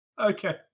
Okay